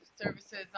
Services